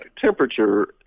temperature